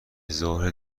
ظهر